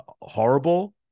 horrible